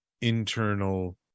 internal